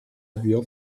avviò